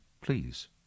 please